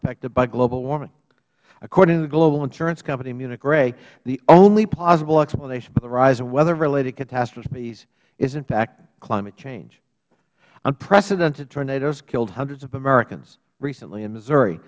affected by global warming according to the global insurance company munich ray the only plausible explanation for the rise in weather related catastrophes is in fact climate change unprecedented tornadoes killed hundreds of americans recently in missouri